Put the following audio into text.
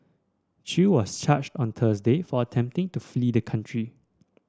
Chew was charged on Thursday for attempting to flee the country